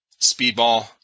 speedball